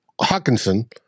Hawkinson